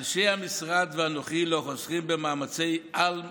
אנשי המשרד ואנוכי לא חוסכים במאמצי-על